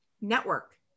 Network